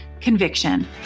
Conviction